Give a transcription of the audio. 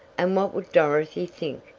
and what would dorothy think.